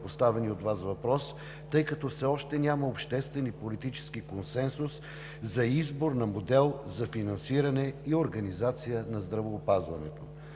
поставения от Вас въпрос, тъй като все още няма обществен и политически консенсус за избор на модел за финансиране и организация на здравеопазването.